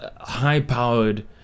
high-powered